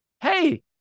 hey